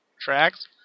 tracks